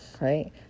right